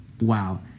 Wow